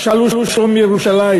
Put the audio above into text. "שאלו שלום ירושלים